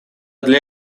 для